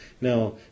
now